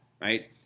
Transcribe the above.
right